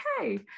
okay